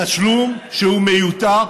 תשלום מיותר,